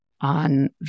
on